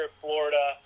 Florida